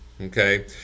Okay